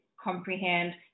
comprehend